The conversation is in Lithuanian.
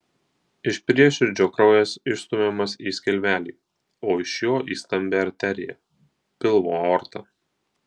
iš prieširdžio kraujas išstumiamas į skilvelį o iš jo į stambią arteriją pilvo aortą